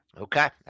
okay